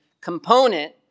component